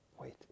Wait